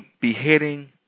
beheading